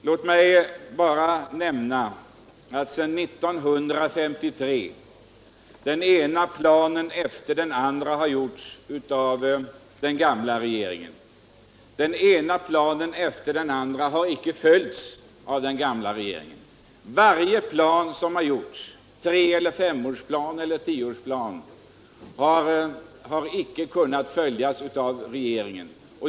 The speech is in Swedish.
Låt mig bara nämna att sedan 1953 har den ena planen efter den andra gjorts upp av den gamla regeringen. Den ena planen efter den andra har icke följts av den gamla regeringen. Ingen av de planer som gjorts upp — det må ha varit tre-, fem eller tioårsplaner — har kunnat följas av regeringen.